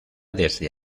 desde